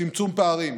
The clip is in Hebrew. צמצום פערים.